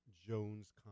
Jones